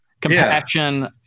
compassion